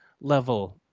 level